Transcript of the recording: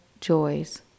joys